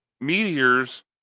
Meteors